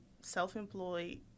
self-employed